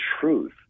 truth